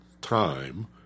time